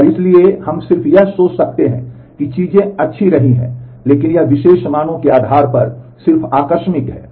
और इसलिए हम सिर्फ यह सोच सकते हैं कि चीजें अच्छी रही हैं लेकिन यह विशेष मानों के आधार पर सिर्फ आकस्मिक है